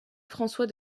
françois